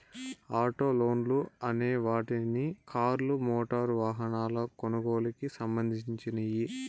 auto లోన్లు అనే వాటిని కార్లు, మోటారు వాహనాల కొనుగోలుకి సంధించినియ్యి